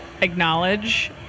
acknowledge